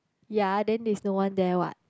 ya then there's no one there what